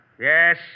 Yes